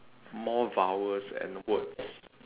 more vowels and words